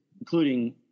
including